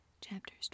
Chapters